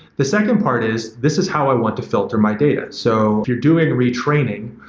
the second part is this is how i want to filter my data. so, if you're doing retraining,